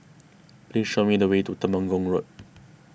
please show me the way to Temenggong Road